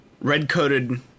red-coated